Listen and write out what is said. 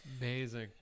Amazing